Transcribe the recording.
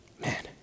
Man